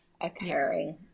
occurring